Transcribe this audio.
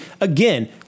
again